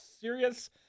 serious